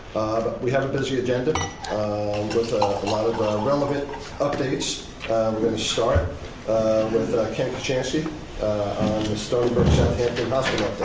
we have a busy agenda with a lot of relevant updates. we're going to start with ken kochanski on the stony brook southampton update.